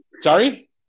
sorry